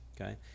Okay